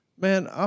man